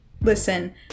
Listen